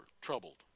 troubled